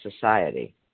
society